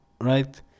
right